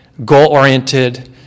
goal-oriented